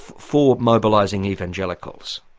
for mobilising evangelicals?